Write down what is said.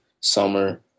summer